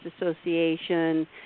Association